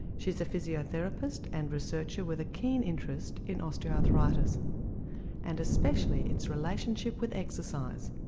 she's a physiotherapist and researcher with a keen interest in osteoarthritis and especially its relationship with exercise.